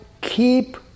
keep